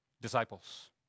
disciples